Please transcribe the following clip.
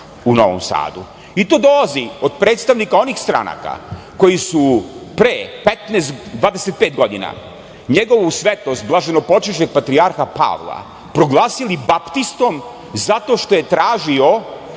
u Novom Sadu. I to dolazi od predstavnika onih stranaka koje su pre 25 godina Njegovu svetost blaženopočivšeg patrijarha Pavla proglasili baptistom zato što je tražio